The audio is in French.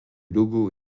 logo